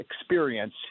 experience